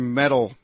metal